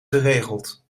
geregeld